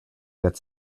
get